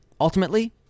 ultimately